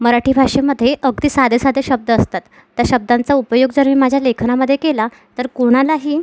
मराठी भाषेमधे अगदी साधे साधे शब्द असतात त्या शब्दांचा उपयोग जर मी माझ्या लेखनामधे केला तर कोणालाही